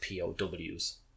POWs